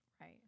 Right